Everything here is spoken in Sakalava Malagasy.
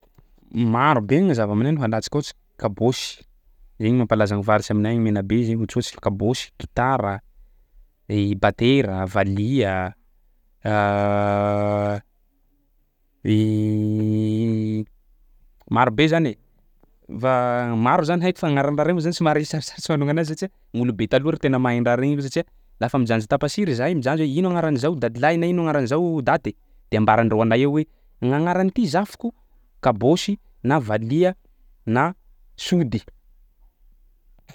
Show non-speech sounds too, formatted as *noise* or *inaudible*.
*noise* Marobe gny zavamaneno alantsika ohatsy kabôsy, zay gny mampalaza ny faritsy aminay agny Menabe zay, ohatsohatsy kabôsy, gitara, i batera, valiha, *hesitation* *hesitation* *noise* marobe zany e. Fa maro zany haiko fa agnarana reo zany somary sarosarotsy manonona anazy satsia gn'olobe taloha ro tena mahay ny raha regny fa satsia lafa mijanjy tapasira izahay mijanjy hoe ino agnaran'zao dadilahy na ino agnaran'zao dady? De ambarandreo anay eo gn'agnaran'ity zafiko kabôsy na valiha na sody.